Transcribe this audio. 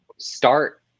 start